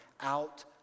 out